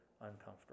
uncomfortable